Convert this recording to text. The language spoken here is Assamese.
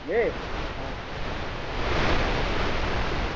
দেই অঁ অঁ ঠিক আছে অঁ অঁ